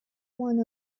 one